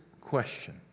question